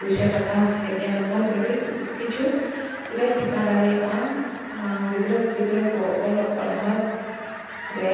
ᱯᱚᱭᱥᱟ ᱴᱟᱠᱟ ᱦᱮᱡ ᱧᱮᱞ ᱠᱷᱟᱱ ᱟᱹᱰᱤ ᱠᱤᱪᱷᱩ ᱞᱮ ᱪᱤᱠᱟᱹ ᱫᱟᱲᱮᱭᱟᱜᱼᱟ ᱜᱤᱫᱽᱨᱟᱹ ᱯᱤᱫᱽᱨᱟᱹ ᱠᱚ ᱚᱞᱚᱜ ᱯᱟᱲᱦᱟᱣ ᱨᱮ